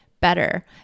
better